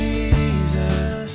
Jesus